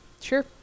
Sure